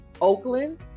Oakland